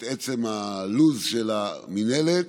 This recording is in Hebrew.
אבל בסופו של דבר קבענו את עצם הלוז של המינהלת,